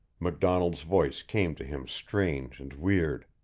macdonald's voice came to him strange and weird.